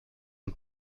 und